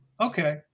okay